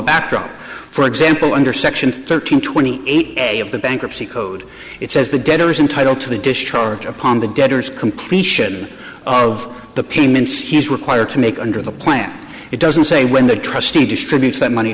backdrop for example under section thirteen twenty eight day of the bankruptcy code it says the debtor is entitled to the discharge upon the debtors completion of the payments he is required to make under the plan it doesn't say when the trustee distributes that money